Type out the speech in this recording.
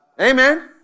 Amen